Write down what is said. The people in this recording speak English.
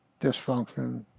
dysfunction